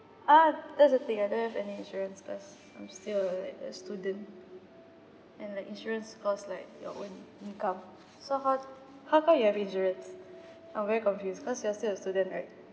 ah that's the thing I don't have any insurance because I'm still like a student and like insurance cost like your own income so how how come you have insurance I'm very confused cause you're still a student right